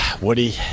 Woody